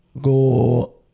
go